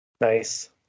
Nice